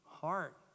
heart